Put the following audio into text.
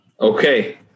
okay